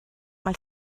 mai